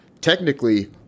Technically